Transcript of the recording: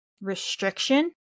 restriction